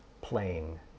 playing